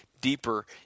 deeper